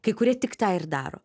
kai kurie tik tą ir daro